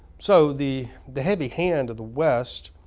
so the the heavy hand of the west